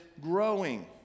growing